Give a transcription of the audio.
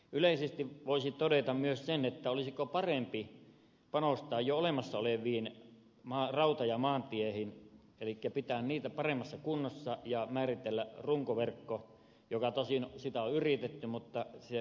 yleisesti voisi todeta myös sen olisiko parempi panostaa jo olemassa oleviin rauta ja maanteihin elikkä pitää niitä paremmassa kunnossa ja määritellä runkoverkko jota tosin on yritetty mutta huonoin tuloksin